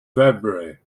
february